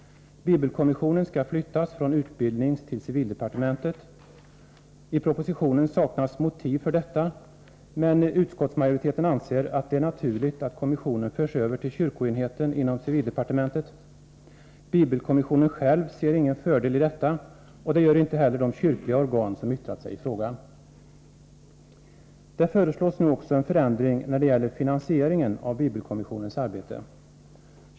Bibelkommissionen skall flyttas från utbildningstill civildepartementet. I propositionen saknas motiv för detta, men utskottsmajoriteten anser att det är naturligt att kommissionen förs över till kyrkoenheten inom civildepartementet. Bibelkommissionen själv ser ingen fördel i detta, och det gör inte heller de kyrkliga organ som yttrat sig i frågan. Det förelås nu också en förändring när det gäller finansieringen av bibelkommissionens arbete.